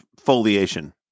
Foliation